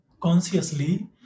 consciously